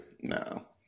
No